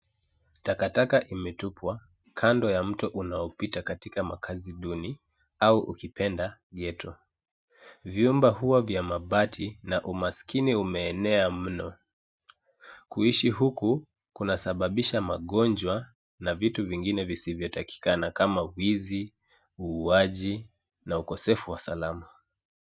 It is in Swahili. Takataka imetupwa kando ya mto unaopita katika makazi duni au ukipenda ghetto, vyumba huwa vya mabati na umaskini umeenea mno ,kuishi huku kunasababisha magonjwa na vitu vingine visivyotakikana kama wizi, uuaji na ukosefu wa salama.